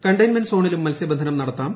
containment സോണിലും മത്സ്യബന്ധനം നടത്താം